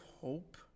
hope